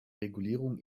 regulierung